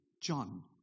John